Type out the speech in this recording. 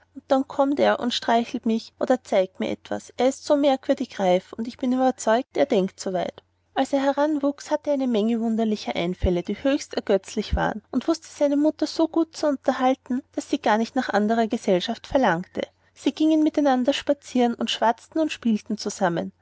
dann kommt er und streichelt mich oder zeigt mir etwas er ist so merkwürdig reif ich bin überzeugt er denkt so weit als er heranwuchs hatte er eine menge wunderlicher einfälle die höchst ergötzlich waren und wußte seine mama so gut zu unterhalten daß sie gar nicht nach andrer gesellschaft verlangte sie gingen miteinander spazieren und schwatzten und spielten zusammen